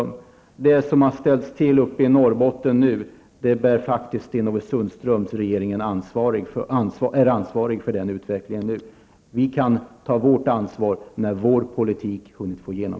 Ansvaret för det som nu har ställts till uppe i Norrbotten är faktiskt den socialdemokratiska regeringens, Sten Ove Sundström. Vi kan ta vårt ansvar när vår politik hunnit slå igenom.